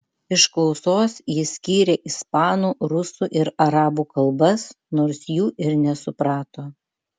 iš klausos jis skyrė ispanų rusų ir arabų kalbas nors jų ir nesuprato